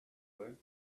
friend